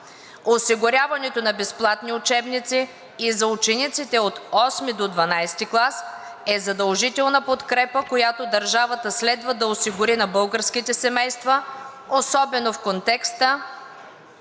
Осигуряването на безплатни учебници и за учениците от VIII до XII клас е задължителната подкрепа, която държавата следва да осигури на българските семейства, особено в контекста